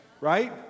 right